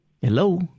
Hello